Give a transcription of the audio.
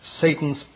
Satan's